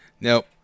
Nope